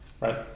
Right